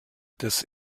das